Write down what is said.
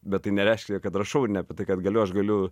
bet tai nereiškia kad rašau ne apie tai kad galiu aš galiu